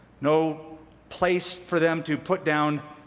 no place for them to put down